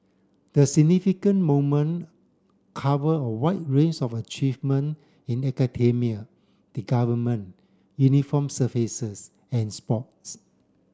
the significant moment cover a wide ranges of achievement in academia the Government uniform services and sports